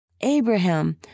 Abraham